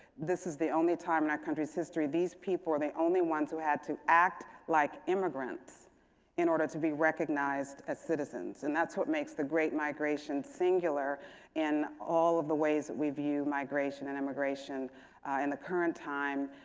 this is the only time in our country's history, these people are the only ones who had to act like immigrants in order to be recognized as citizens. and that's what makes the great migration singular in all of the ways that we view migration and immigration in the current time,